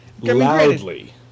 loudly